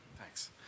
Thanks